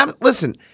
listen